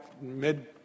mid